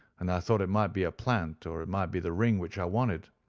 and i thought it might be a plant, or it might be the ring which i wanted.